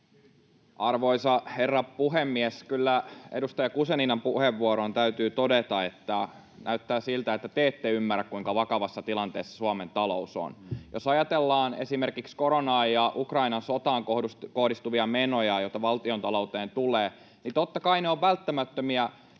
Arvoisa herra puhemies! Kyllä edustaja Guzeninan puheenvuoroon täytyy todeta, että näyttää siltä, että te ette ymmärrä, kuinka vakavassa tilanteessa Suomen talous on. Jos ajatellaan esimerkiksi koronaan ja Ukrainan sotaan kohdistuvia menoja, joita valtiontalouteen tulee, niin totta kai ne ovat välttämättömiä,